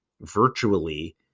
virtually